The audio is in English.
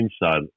Inside